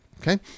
Okay